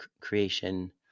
creation